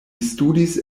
studis